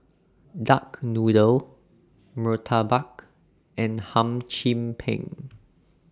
Duck Noodle Murtabak and Hum Chim Peng